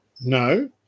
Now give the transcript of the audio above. no